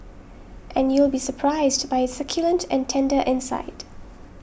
and you'll be surprised by its succulent and tender inside